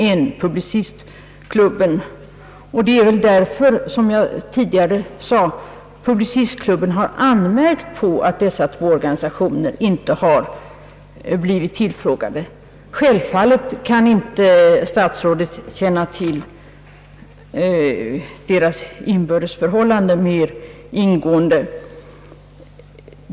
Jag tror som sagt att det är anledningen till att Publicistklubben har anmärkt på att de två organisationerna inte blivit tillfrågade; självfallet kan inte statsrådet känna till deras inbördes förhållanden mer ingående.